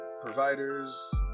providers